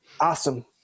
Awesome